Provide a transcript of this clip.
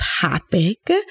topic